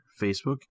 Facebook